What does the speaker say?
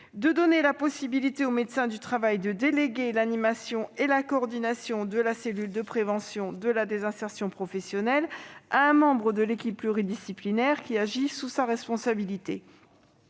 du travail la possibilité de déléguer l'animation et la coordination de la cellule de prévention de la désinsertion professionnelle à un membre de l'équipe pluridisciplinaire qui agit sous sa responsabilité